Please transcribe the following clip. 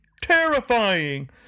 terrifying